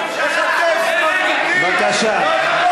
בבקשה.